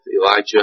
Elijah